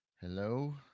hello